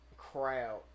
Crowd